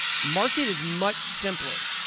market is much simpler.